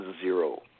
zero